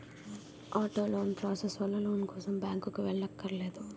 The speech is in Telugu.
ఆటో లోన్ ప్రాసెస్ వల్ల లోన్ కోసం బ్యాంకుకి వెళ్ళక్కర్లేదు